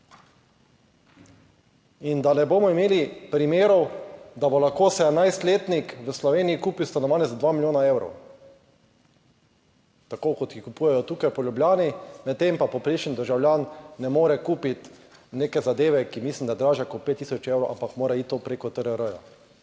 In da ne bomo imeli primerov, da bo lahko 17 letnik v Sloveniji kupil stanovanje za dva milijona evrov. Tako kot jih kupujejo tukaj po Ljubljani medtem pa povprečen državljan ne more kupiti neke zadeve, ki mislim, da je dražja kot 5000 evrov, ampak mora iti preko TRR.